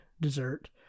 dessert